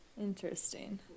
Interesting